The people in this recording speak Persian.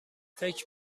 فکر